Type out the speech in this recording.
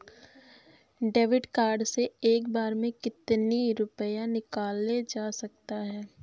David card से एक बार में कितनी रूपए निकाले जा सकता है?